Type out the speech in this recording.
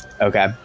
okay